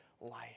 life